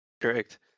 Correct